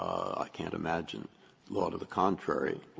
i can't imagine law to the contrary.